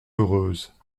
heureuse